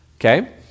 Okay